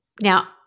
Now